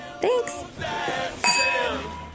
Thanks